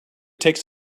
takes